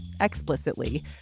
explicitly